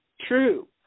true